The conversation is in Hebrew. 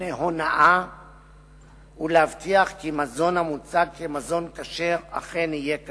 מפני הונאה ולהבטיח כי מזון המוצג כמזון כשר אכן יהיה כזה.